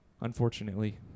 unfortunately